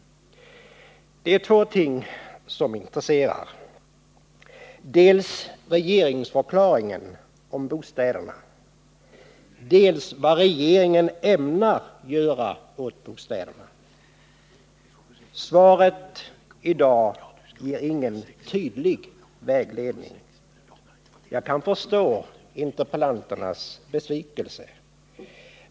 Det är två ting som intresserar: dels regeringsförklaringen om bostäderna, dels vad regeringen ämnar göra åt bostadspolitiken. Svaret i dag ger ingen tydlig vägledning. Jag kan förstå interpellanternas besvikelse.